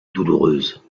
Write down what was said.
douloureuse